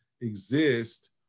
exist